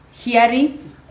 Hearing